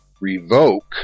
revoke